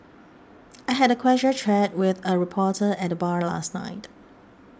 I had a casual chat with a reporter at the bar last night